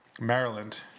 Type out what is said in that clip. Maryland